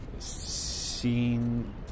seen